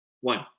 One